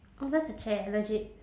oh that's the chair legit